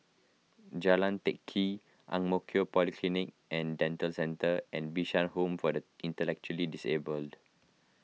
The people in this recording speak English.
Jalan Teck Kee Ang Mo Kio Polyclinic and Dental Centre and Bishan Home for the Intellectually Disabled